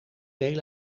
deel